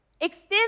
Extend